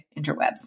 interwebs